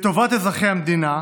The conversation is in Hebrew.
לטובת אזרחי המדינה,